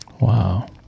Wow